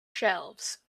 shelves